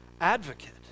advocate